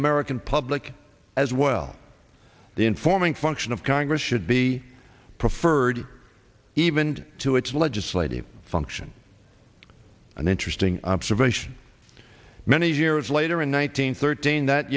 american public as well the informing function of congress should be preferred even to its legislative function an interesting observation many years later in one nine hundred thirteen that